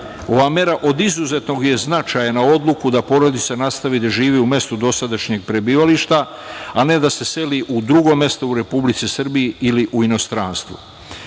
itd. Ova mera od izuzetnog je značaja na odluku da porodica nastavi da živi u mestu dosadašnjeg prebivališta, a ne da se seli u drugo mesto u Republici Srbiji ili u inostranstvo. Imajući